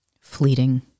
fleeting